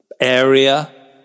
area